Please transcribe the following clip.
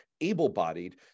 able-bodied